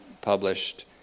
published